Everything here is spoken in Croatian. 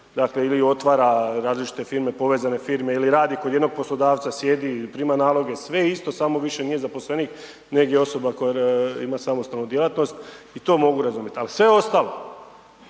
dakle ili otvara različite firme, povezane firme ili radi kod jednog poslodavca, sjedi i prima naloge, sve isto samo više nije zaposlenik nego je osoba koja ima samostalnu djelatnost i to mogu razumjet ali sve ostalo,